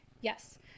Yes